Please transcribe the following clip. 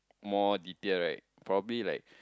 more detail right probably like